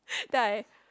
then I